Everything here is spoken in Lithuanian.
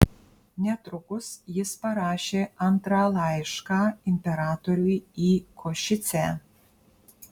netrukus jis parašė antrą laišką imperatoriui į košicę